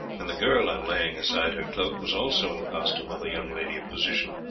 and the girl, on laying aside her cloak, was also in the costume of a young lady of position.